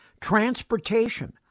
transportation